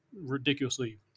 ridiculously